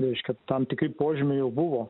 reiškia tam tikri požymiai jau buvo